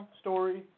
story